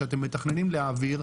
שאתם מתכננים להעביר,